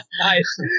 Nice